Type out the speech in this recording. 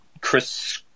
Chris